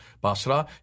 Basra